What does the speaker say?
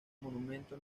monumento